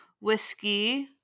whiskey